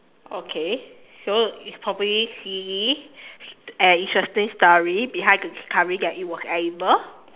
okay so it's probably silly and interesting story behind the discovery that it was edible